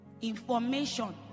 Information